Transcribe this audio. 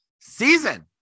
season